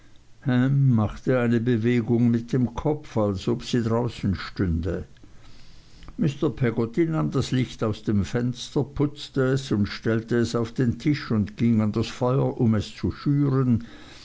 machte eine bewegung mit dem kopf als ob sie draußen stünde mr peggotty nahm das licht aus dem fenster putzte es und stellte es auf den tisch und ging an das feuer um es zu schüren